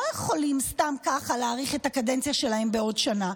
יכולים סתם ככה להאריך את הקדנציה שלהם בעוד שנה.